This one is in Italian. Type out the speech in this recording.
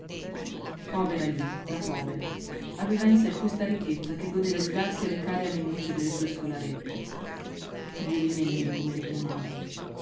povera lì tra povere aveva in sé questa ricchezza che godeva di darsi alle care animucce delle sue scolarette figlioline mie come le